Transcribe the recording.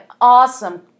awesome